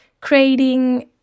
creating